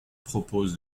propose